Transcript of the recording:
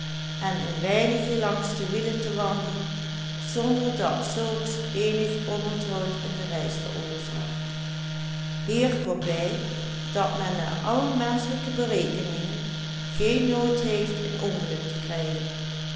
hier komt bij dat men naar alle menschelijke berekeningen geen nood heeft een ongeluk te krijgen